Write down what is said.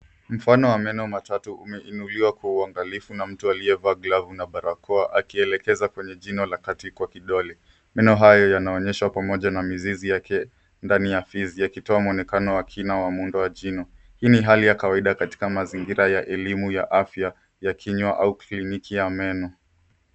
Mfano wa meno matatu umeinuliwa kwa uangalifu na mtu aliyevaa glovu na barakoa akielekeza kwenye jino la kati kwa kidole. Meno hayo yanaonyeshwa pamoja na mizizi yake ndani ya fizi yakitoa mwonekano wa kina wa muundo wa jino. Hii ni hali ya kawaida katika mazingira ya elimu ya afya ya kinywa au kliniki ya meno.